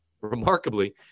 remarkably